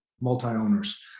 multi-owners